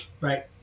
right